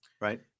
Right